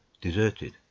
deserted